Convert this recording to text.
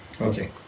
Okay